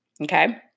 Okay